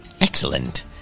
Excellent